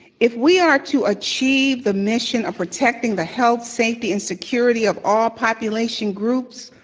if we are to achieve the mission of protecting the health, safety, and security of all population groups,